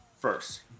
first